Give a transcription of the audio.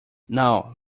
now